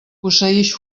posseïx